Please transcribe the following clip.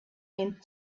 mint